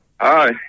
Hi